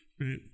right